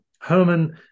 Herman